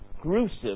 gruesome